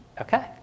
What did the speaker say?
Okay